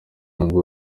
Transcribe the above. nubwo